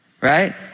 Right